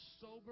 sober